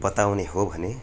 बताउने हो भने